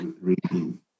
reading